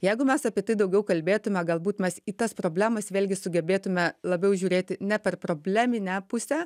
jeigu mes apie tai daugiau kalbėtume galbūt mes į tas problemas vėlgi sugebėtume labiau žiūrėti ne per probleminę pusę